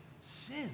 sin